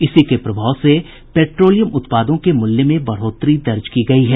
इसी के प्रभाव से पेट्रोलियम उत्पादों के मूल्य में बढ़ोतरी दर्ज की गयी है